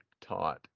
taught